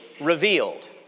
revealed